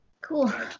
cool